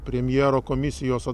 premjero komisijos